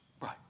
Right